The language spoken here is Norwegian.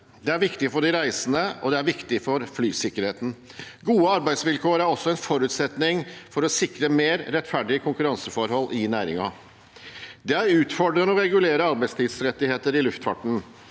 det er viktig for de reisende, og det er viktig for flysikkerheten. Gode arbeidsvilkår er også en forutsetning for å sikre mer rettferdige konkurranseforhold i næringen. Det er utfordrende å regulere arbeidstidsrettigheter i luftfarten.